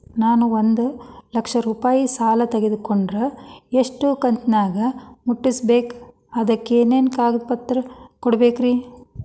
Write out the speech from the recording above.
ನಾನು ಒಂದು ಲಕ್ಷ ರೂಪಾಯಿ ಸಾಲಾ ತೊಗಂಡರ ಎಷ್ಟ ಕಂತಿನ್ಯಾಗ ಮುಟ್ಟಸ್ಬೇಕ್, ಅದಕ್ ಏನೇನ್ ಕಾಗದ ಪತ್ರ ಕೊಡಬೇಕ್ರಿ?